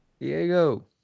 Diego